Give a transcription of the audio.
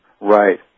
Right